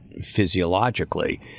physiologically